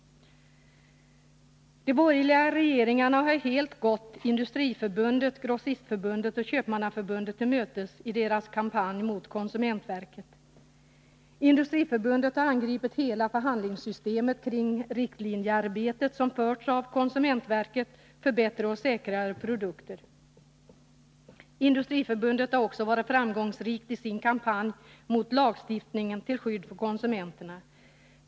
De borgerliga regeringarna har helt gått Industriförbundet, Grossistförbundet och Köpmannaförbundet till mötes i deras kampanj mot konsumentverket. Industriförbundet har angripit hela förhandlingssystemet när det gäller det riktlinjearbete som utförs av konsumentverket för bättre och säkrare produkter. Industriförbundet har också varit framgångsrikt i sin kampanj mot lagstiftningen till skydd för konsumenterna.